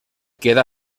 queda